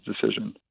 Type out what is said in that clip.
decision